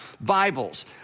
Bibles